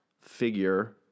figure